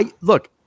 Look